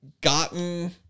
gotten